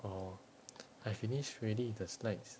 orh I finished already the slides